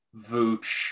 Vooch